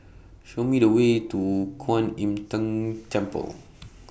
Show Me The Way to Kwan Im Tng Temple